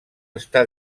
està